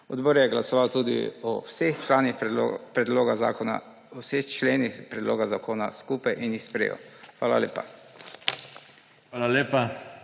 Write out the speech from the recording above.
Odbor je glasoval tudi o vseh členih predlog zakona skupaj in jih sprejel. Hvala lepa.